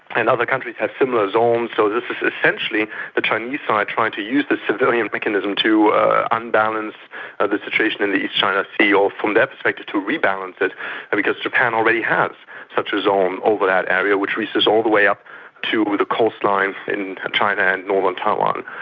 and other countries have similar zones so so it's essentially the chinese side trying to use the civilian mechanism to unbalance the situation in the east china sea or from that perspective to rebalance it and because japan already has such a zone over that area which reaches all the way up to the coastline in china and northern taiwan.